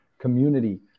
community